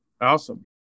Awesome